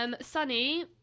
Sunny